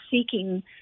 seeking